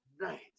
night